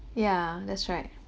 yeah that's right